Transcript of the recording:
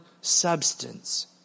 substance